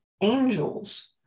Angels